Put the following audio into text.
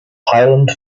highland